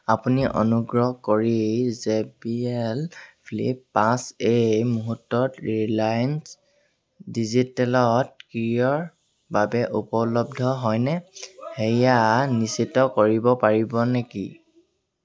আপুনি অনুগ্ৰহ কৰি জে বি এল ফ্লিপ পাঁচ এই মুহূৰ্তত ৰিলায়েন্স ডিজিটেলত ক্ৰয়ৰ বাবে উপলব্ধ হয়নে সেয়া নিশ্চিত কৰিব পাৰিব নেকি